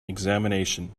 examination